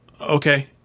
Okay